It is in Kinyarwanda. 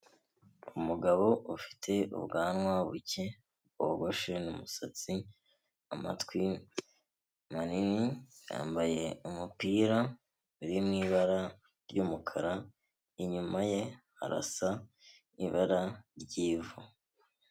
Umugabo ufite ubwanwa buke wogoshe n'umusatsi, amatwi manini, yambaye umupira uri mu ibara ry'umukara, inyuma ye harasa ibara ry'ivu.